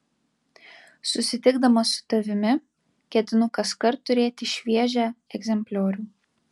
susitikdamas su tavimi ketinu kaskart turėti šviežią egzempliorių